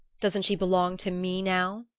doesn't she belong to me now?